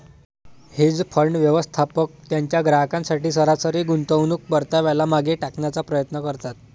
hedge fund, व्यवस्थापक त्यांच्या ग्राहकांसाठी सरासरी गुंतवणूक परताव्याला मागे टाकण्याचा प्रयत्न करतात